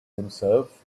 himself